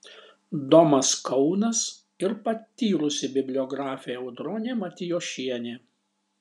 domas kaunas ir patyrusi bibliografė audronė matijošienė